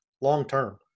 long-term